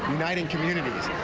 uniting communities.